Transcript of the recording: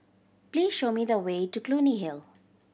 please show me the way to Clunny Hill